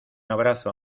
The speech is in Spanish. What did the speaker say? abrazo